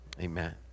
Amen